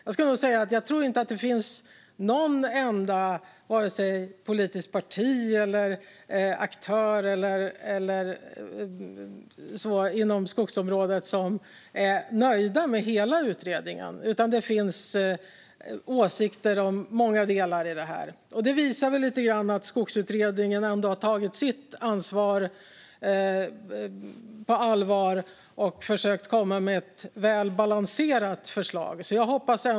Jag tror inte att det finns något enda politiskt parti eller en aktör inom skogsområdet som är nöjda med hela utredningen, utan det finns åsikter om många delar i detta. Det visar lite grann att Skogsutredningen ändå har tagit sitt ansvar på allvar och försökt att lägga fram ett väl balanserat förslag.